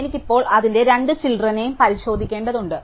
എനിക്ക് ഇപ്പോൾ അതിന്റെ രണ്ട് ചിൽഡ്രനെയും പരിശോധിക്കേണ്ടതുണ്ട്